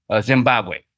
Zimbabwe